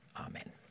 Amen